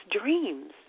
dreams